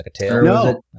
No